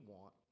want